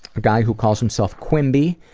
a guy who calls himself quimby.